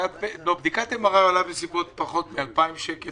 בדיקת MRI עולה פחות מ-2,000 ₪